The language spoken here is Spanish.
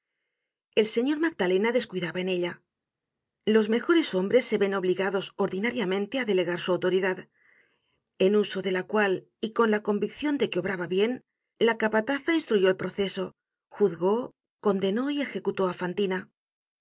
el señor magdalena descuidaba en ella los mejores hombres se ven obligados ordinariamente á delegar su autoridad en uso de la cual y con la conviccion de que obraba bien la capataza instruyó el proceso juzgó condenó y ejecutó á fantina